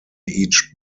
each